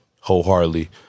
wholeheartedly